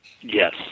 Yes